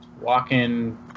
walking